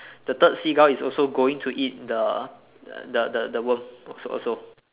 the third seagull is also going to eat the the the the worm als~ also